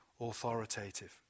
authoritative